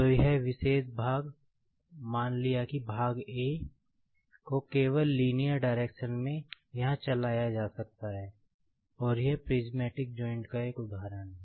तो यह विशेष भाग मान लिया कि भाग A को केवल लीनियर डायरेक्शन में यहां चलाया जा सकता है और यह प्रिस्मैटिक जॉइंट् का एक उदाहरण है